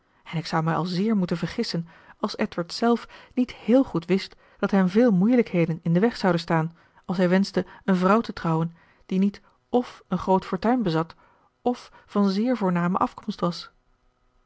en ik zou mij al zeer moeten vergissen als edward zelf niet heel goed wist dat hem veel moeilijkheden in den weg zouden staan als hij wenschte een vrouw te trouwen die niet f een groot fortuin bezat of van zeer voorname afkomst was